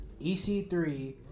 EC3